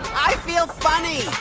i feel funny.